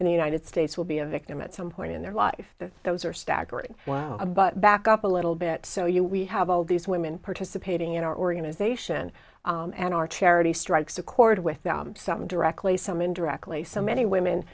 in the united states will be a victim at some point in their life those are staggering wow but back up a little bit so you we have all these women participating in our organization and our charity strikes a chord with them some directly some indirectly so many women